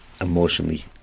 emotionally